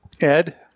Ed